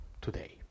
today